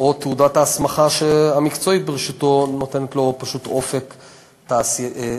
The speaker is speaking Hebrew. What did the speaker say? או שתעודת ההסמכה המקצועית שברשותו נותנת לו פשוט אופק תעסוקתי.